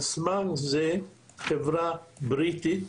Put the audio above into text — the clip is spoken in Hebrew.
על סמך זה חברה בריטית